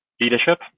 leadership